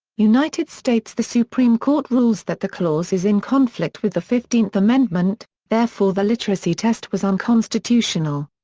united states the supreme court rules that the clause is in conflict with the fifteenth amendment, therefore the literacy test was unconstitutional.